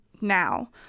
now